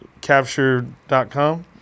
capture.com